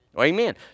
Amen